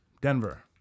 Denver